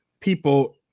people